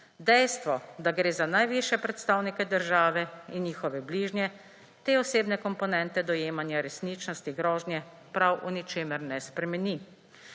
Dejstvo, da gre za najvišje predstavnike države in njihove bližnje, te osebne komponente dojemanja resničnosti grožnje prav v ničemer ne spremeni.